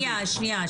דקה שנייה,